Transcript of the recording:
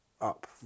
up